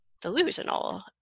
delusional